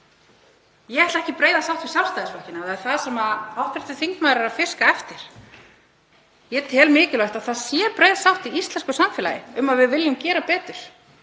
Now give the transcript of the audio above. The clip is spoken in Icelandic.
Ég ætla ekki í breiða sátt við Sjálfstæðisflokkinn ef það er það sem hv. þingmaður er að fiska eftir. Ég tel mikilvægt að það sé breið sátt í íslensku samfélagi um að við viljum gera betur